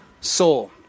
soul